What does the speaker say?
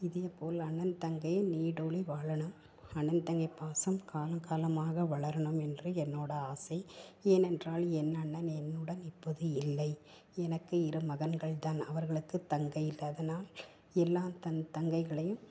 இதேபோல் அண்ணன் தங்கை நீடோழி வாழணும் அண்ணன் தங்கை பாசம் காலங்காலமாக வளரணும் என்று என்னோடய ஆசை ஏனென்றால் என் அண்ணன் என்னுடன் இப்போது இல்லை எனக்கு இரு மகன்கள் தான் அவர்களுக்கு தங்கை இல்லை அதனால் எல்லா தன் தங்கைகளையும்